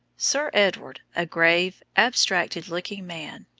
sir edward, a grave, abstracted-looking man,